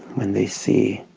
when they see